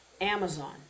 Amazon